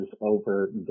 over